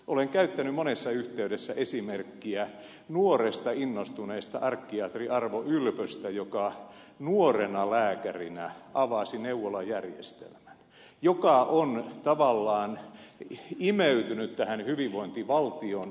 olen käyttänyt monessa yhteydessä esimerkkiä nuoresta innostuneesta arkkiatri arvo ylpöstä joka nuorena lääkärinä avasi neuvolajärjestelmän joka on tavallaan imeytynyt tähän hyvinvointivaltion kokonaisuuteen